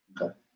Okay